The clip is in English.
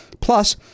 plus